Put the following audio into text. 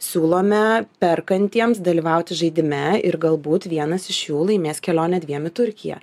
siūlome perkantiems dalyvauti žaidime ir galbūt vienas iš jų laimės kelionę dviem į turkiją